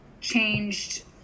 changed